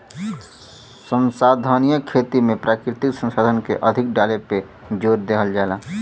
संसाधनीय खेती में प्राकृतिक संसाधन के अधिक डाले पे जोर देहल जाला